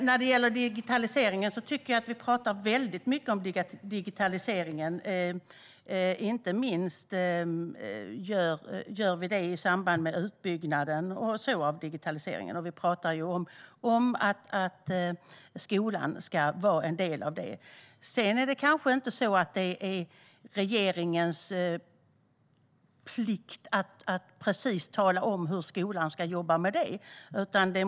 Herr talman! Jag tycker att vi pratar väldigt mycket om digitaliseringen, inte minst gör vi det i samband av utbyggnaden av den. Vi pratar om att skolan ska vara en del av den. Det är kanske inte regeringens plikt att precis tala om hur skolan ska jobba med detta.